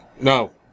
No